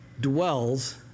dwells